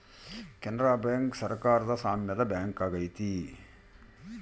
Canara bank ಸರಕಾರದ ಸಾಮ್ಯದ bank ಆಗೈತೆ